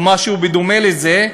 או משהו בדומה לזה,